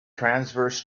transverse